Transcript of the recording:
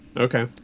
Okay